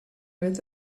earth